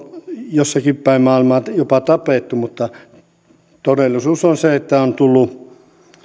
jossakin päin maailmaa on jopa tapettu mutta todellisuus on se että on tullut